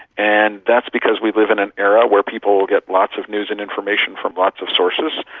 and that's because we live in an era where people will get lots of news and information from lots of sources.